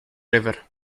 river